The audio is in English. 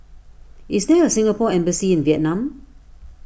is there a Singapore Embassy in Vietnam